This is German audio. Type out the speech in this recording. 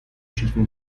schiefen